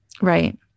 Right